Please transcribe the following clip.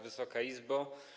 Wysoka Izbo!